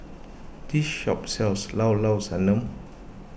this shop sells Llao Llao Sanum